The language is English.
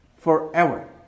forever